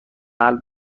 ذهن